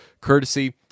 courtesy